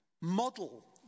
model